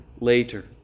later